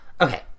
okay